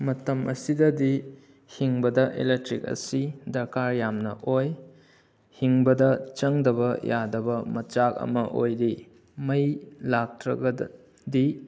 ꯃꯇꯝ ꯑꯁꯤꯗꯗꯤ ꯍꯤꯡꯕꯗ ꯏꯂꯦꯛꯇ꯭ꯔꯤꯛ ꯑꯁꯤ ꯗꯔꯀꯥꯔ ꯌꯥꯝꯅ ꯑꯣꯏ ꯍꯤꯡꯕꯗ ꯆꯪꯗꯕ ꯌꯥꯗꯕ ꯃꯆꯥꯛ ꯑꯃ ꯑꯣꯏꯔꯤ ꯃꯩ ꯂꯥꯛꯇ꯭ꯔꯒꯗ ꯗꯤ